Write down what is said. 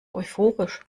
euphorisch